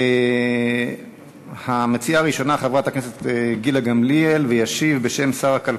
הצעות מס' 3448, 3452, 3484 ו-3517.